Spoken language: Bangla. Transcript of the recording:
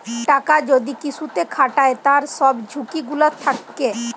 টাকা যদি কিসুতে খাটায় তার সব ঝুকি গুলা থাক্যে